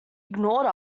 ignored